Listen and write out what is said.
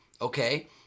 okay